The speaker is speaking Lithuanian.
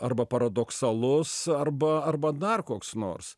arba paradoksalus arba arba dar koks nors